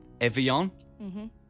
Evian